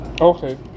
Okay